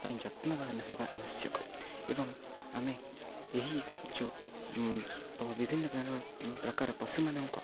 ପାଇଁ ଯତ୍ନବାନ ହେବା ଆବଶ୍ୟକ ଏବଂ ଆମେ ଏହି ଯେଉଁ ବିଭିନ୍ନ ପ୍ରକାର ପଶୁମାନଙ୍କ